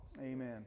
Amen